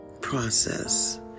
process